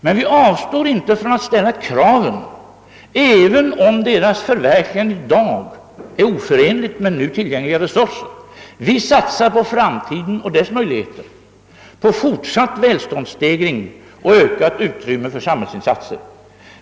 Men vi avstår inte från att ställa kraven även om deras förverkligande idag är oförenligt med nu tillgängliga resurser. Vi satsar på framtiden och dess möjligheter — på fortsatt välståndsstegring och ökat utrymme för samhällsinsatser.